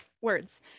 words